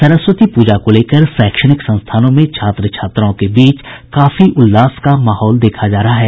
सरस्वती पूजा को लेकर शैक्षणिक संस्थानों में छात्र छात्राओं के बीच काफी उल्लास का माहौल देखा जा रहा है